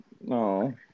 No